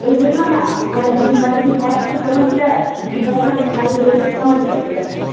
تُہۍ ؤنۍوا مےٚ مطلب یِم کَنٛجہٕ ہٮ۪تھ چھِ تِمَن کیٛاہ چھُ گژھان یِم کَنٛجہٕ روٚستُے تِمَن کیٚاہ چھُ گژھان